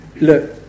Look